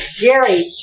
Gary